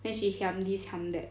then she hiam this hiam that